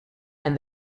and